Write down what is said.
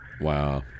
wow